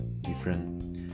different